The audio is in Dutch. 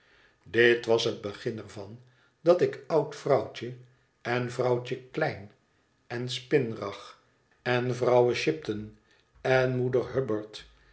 dit was het begin er van dat ik oud vrouwtje en vrouwtje klein en spinrag en vrouw ien en moeder